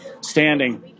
standing